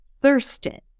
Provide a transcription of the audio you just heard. thirsted